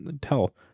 Tell